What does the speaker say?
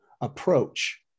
approach